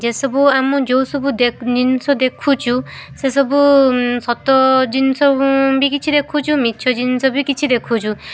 ଯେ ସବୁ ଆମ ଯେଉଁ ସବୁ ଜିନିଷ ଦେଖୁଛୁ ସେସବୁ ସତ ଜିନିଷ ବି କିଛି ଦେଖୁଛୁ ମିଛ ଜିନିଷ ବି କିଛି ଦେଖୁଛୁ